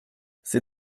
c’est